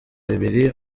bibiri